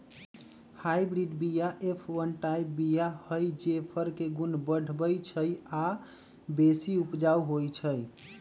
hybrid बीया F one type बीया हई जे फर के गुण बढ़बइ छइ आ बेशी उपजाउ होइ छइ